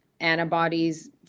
antibodies